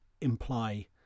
imply